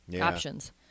options